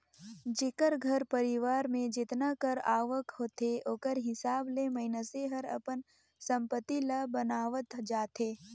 जेकर घर परिवार में जेतना कर आवक होथे ओकर हिसाब ले मइनसे हर अपन संपत्ति ल बनावत जाथे